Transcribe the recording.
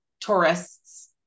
tourists